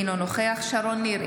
אינו נוכח שרון ניר,